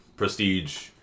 Prestige